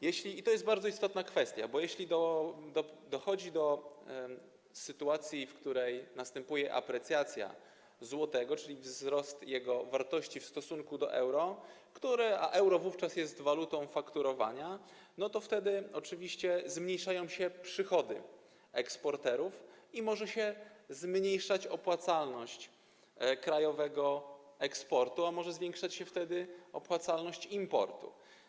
I to jest bardzo istotna kwestia, bo jeśli dochodzi do sytuacji, w której następuje aprecjacja złotego, czyli wzrost jego wartości w stosunku do euro, a euro wówczas jest walutą fakturowania, to wtedy oczywiście zmniejszają się przychody eksporterów i może się zmniejszać opłacalność krajowego eksportu, a może zwiększać się wtedy opłacalność importu.